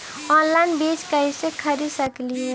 Online बीज कईसे खरीद सकली हे?